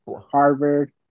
Harvard